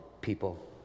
people